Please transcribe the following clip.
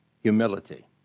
humility